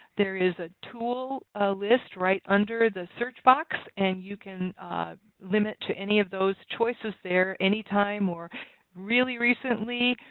there is a tool list right under the search box and you can limit to any of those choices there any time or really recently,